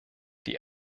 die